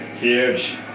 Huge